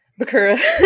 Bakura